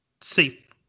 safe